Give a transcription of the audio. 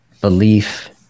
belief